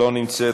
אינה נוכחת,